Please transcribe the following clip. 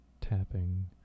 tapping